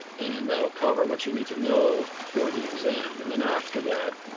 and that'll cover what you need to know for the exam. and then after that,